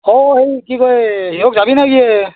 অঁ হেৰি কি কয় ইহক যাবি নেকি এ